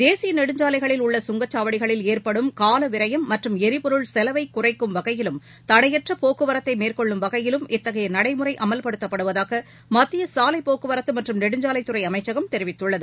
தேசியநெடுஞ்சாலைகளில் உள்ள கங்கச்சாவடிகளில் ஏற்படும் காலவிரயம் மற்றும் எரிபொருள் செலவைகுறைக்கும் வகையிலும் தடையற்றபோக்குவரத்தைமேற்கொள்ளும் வகையிலும் இத்தகையநடைமுறைஅமல்படுத்தப்படுவதாகமத்தியசாலைபோக்குவரத்தமற்றும் நெடுஞ்சாலைத்துறைஅமைச்சகம் தெரிவித்துள்ளது